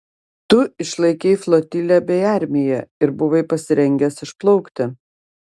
tu išlaikei flotilę bei armiją ir buvai pasirengęs išplaukti